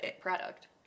product